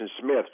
Smith